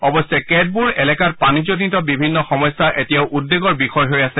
অৱশ্যে কেতবোৰ এলেকাত পানীজনিত বিভিন্ন সমস্যা এতিয়াও উদ্বেগৰ বিষয় হৈ আছে